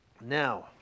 Now